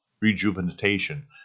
rejuvenation